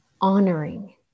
honoring